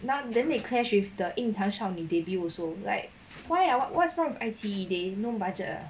now then they clashed with the 影坛少女 debut also like why ah what what's wrong with J_Y_P they no budget ah